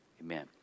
amen